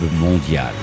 mondial